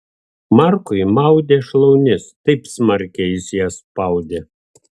markui maudė šlaunis taip smarkiai jis jas spaudė